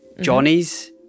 Johnny's